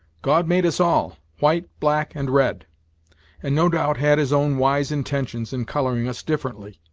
god made us all, white, black, and red and, no doubt, had his own wise intentions in coloring us differently.